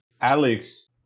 Alex